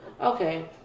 okay